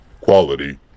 quality